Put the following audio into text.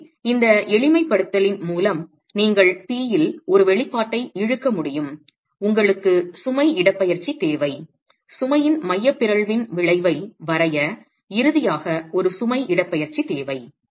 எனவே இந்த எளிமைப்படுத்தலின் மூலம் நீங்கள் P இல் ஒரு வெளிப்பாட்டை இழுக்க முடியும் உங்களுக்கு சுமை இடப்பெயர்ச்சி தேவை சுமையின் மைய பிறழ்வின் விளைவை வரைய இறுதியாக ஒரு சுமை இடப்பெயர்ச்சி தேவை